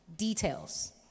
Details